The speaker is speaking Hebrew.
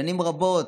שנים רבות,